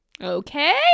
Okay